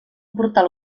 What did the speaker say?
portal